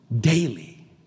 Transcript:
daily